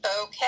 Okay